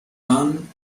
dan